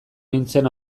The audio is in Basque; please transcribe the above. nintzen